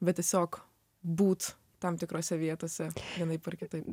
bet tiesiog būt tam tikrose vietose vienaip ar kitaip